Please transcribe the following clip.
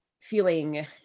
feeling